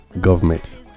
government